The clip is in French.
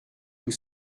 tout